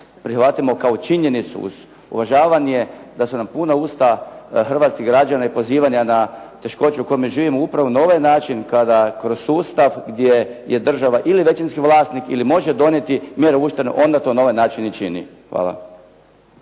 prihvatimo kao činjenicu uz uvažavanje da su nam puna usta hrvatskih građana i pozivanja na teškoće u kojima živimo upravo na ovaj način kada kroz sustav gdje je država ili većinski vlasnik ili može donijeti mjere uštede, onda to na ovaj način i čini. Hvala.